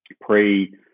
pre